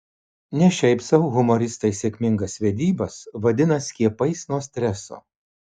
ne šiaip sau humoristai sėkmingas vedybas vadina skiepais nuo streso